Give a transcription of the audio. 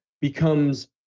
becomes